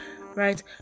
right